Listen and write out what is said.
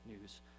news